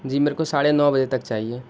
جی میرے کو ساڑھے نو بجے تک چاہیے